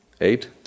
Eight